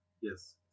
Yes